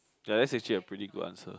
ya that's actually a pretty good answer